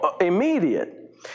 immediate